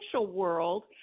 world